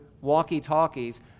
walkie-talkies